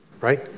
Right